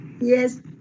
Yes